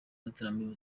inzitiramibu